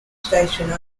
station